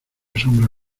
sombra